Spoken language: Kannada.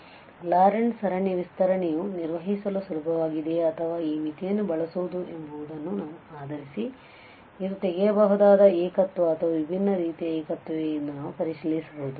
ಆದ್ದರಿಂದ ಲಾರೆಂಟ್ ಸರಣಿಯ ವಿಸ್ತರಣೆಯು ನಿರ್ವಹಿಸಲು ಸುಲಭವಾಗಿದೆಯೇ ಅಥವಾ ಈ ಮಿತಿಯನ್ನು ಬಳಸುವುದು ಎಂಬುದನ್ನು ಆಧರಿಸಿ ಇದು ತೆಗೆಯಬಹುದಾದ ಏಕತ್ವ ಅಥವಾ ವಿಭಿನ್ನ ರೀತಿಯ ಏಕತ್ವವೇ ಎಂದು ನಾವು ಪರಿಶೀಲಿಸಬಹುದು